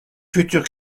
futur